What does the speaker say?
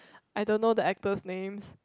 I don't know the actors name